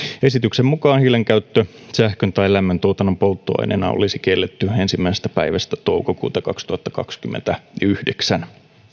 esityksen mukaan hiilen käyttö sähkön tai lämmön tuotannon polttoaineena olisi kielletty ensimmäisestä päivästä toukokuuta kaksituhattakaksikymmentäyhdeksän